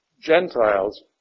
Gentiles